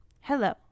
hello